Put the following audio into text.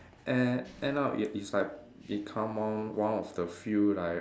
and end up it it's like become one one of the few like